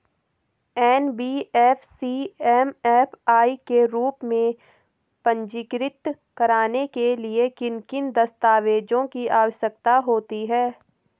NBFC MFI के रूप में पंजीकृत कराने के लिए किन किन दस्तावेज़ों की आवश्यकता होती है?